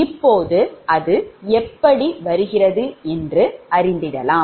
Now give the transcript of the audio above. இப்போது அது எப்படி வருகிறது என்று அறிந்திடலாம்